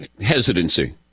hesitancy